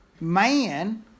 Man